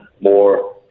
more